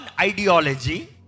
ideology